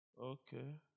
Okay